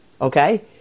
Okay